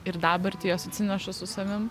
ir dabartį jos atsineša su savim